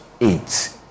eight